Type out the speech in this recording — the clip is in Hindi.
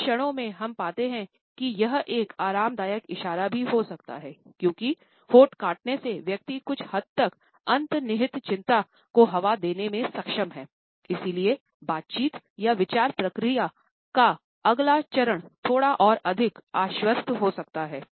कुछ क्षणों में हम पाते हैं कि यह एक आरामदायक इशारा भी हो सकता है क्योंकि होंठ काटने से व्यक्ति कुछ हद तक अंतर्निहित चिंता को हवा देने में सक्षम है इसलिए बातचीत या विचार प्रक्रिया का अगला चरण थोड़ा और अधिक आश्वस्त हो सकता है